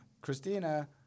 Christina